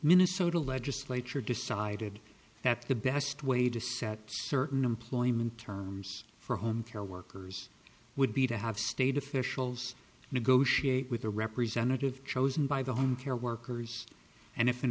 minnesota legislature decided that the best way to set certain employment terms for home care workers would be to have state officials negotiate with a representative chosen by the home care workers and if an